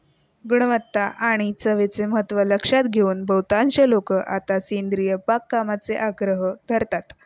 गुणवत्ता आणि चवीचे महत्त्व लक्षात घेऊन बहुतांश लोक आता सेंद्रिय बागकामाचा आग्रह धरतात